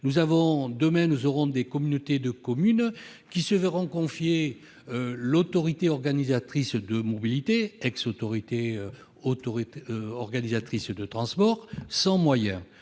Demain, des communautés de communes se verront confier l'autorité organisatrice de mobilité, ex-autorité organisatrice de transport, sans moyens.